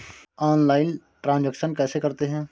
Online transaction कैसे करते हैं?